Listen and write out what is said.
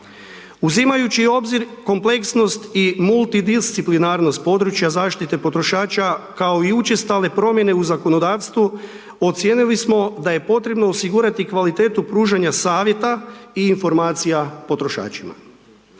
Uzimajući u obzir kompleksnost i multidisciplinarnost područja zaštite potrošača kao i učestale promjene u zakonodavstvu ocijenili smo da je potrebno osigurati kvalitetu pružanja savjeta i informacija potrošačima.